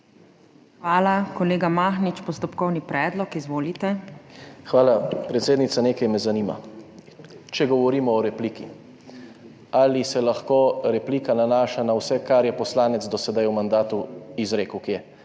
Hvala. Kolega Mahnič, postopkovni predlog. Izvolite. **ŽAN MAHNIČ (PS SDS):** Hvala. Predsednica, nekaj me zanima. Če govorimo o repliki, ali se lahko replika nanaša na vse, kar je poslanec do sedaj v mandatu kje izrekel, bodisi